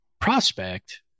prospect